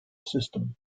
system